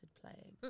playing